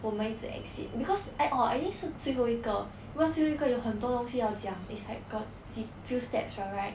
我们一直 exceed because I or I think 是最后一个因为最后一个有很多东西要讲 it's like got 几 few steps [what] right